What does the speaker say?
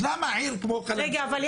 גם לגבי